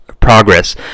progress